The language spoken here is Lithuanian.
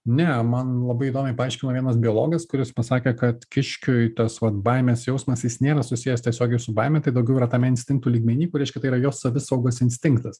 ne man labai įdomiai paaiškino vienas biologas kuris pasakė kad kiškiui tas vat baimės jausmas jis nėra susijęs tiesiogiai su baime tai daugiau yra tame instinktų lygmeny kur reiškia tai yra jo savisaugos instinktas